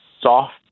soft